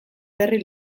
berri